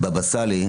באבא סאלי,